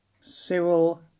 Cyril